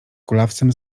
kulawcem